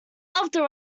after